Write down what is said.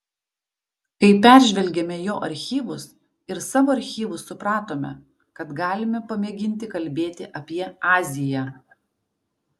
kai peržvelgėme jo archyvus ir savo archyvus supratome kad galime pamėginti kalbėti apie aziją